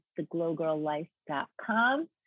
theglowgirllife.com